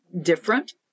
different